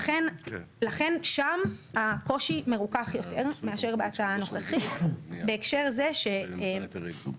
לכן שם הקושי מרוכך יותר מאשר בהצעה הנוכחית בהקשר זה שפה